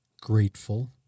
grateful